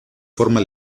forma